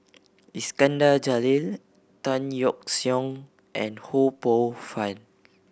Iskandar Jalil Tan Yeok Seong and Ho Poh Fun